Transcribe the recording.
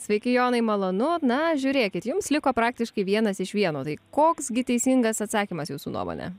sveiki jonai malonu na žiūrėkit jums liko praktiškai vienas iš vieno tai koks gi teisingas atsakymas jūsų nuomone